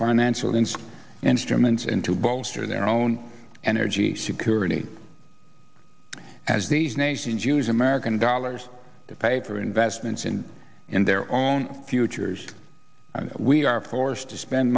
financial instead and germans and to bolster their own energy security as these nations use american dollars to pay for investments and in their own futures we are forced to spend